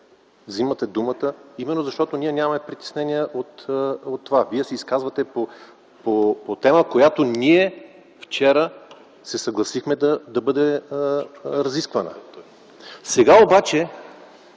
взимате думата именно, защото ние нямаме притеснения от това. Вие се изказвате по тема, за която ние вчера се съгласихме да бъде разисквана. Сега обаче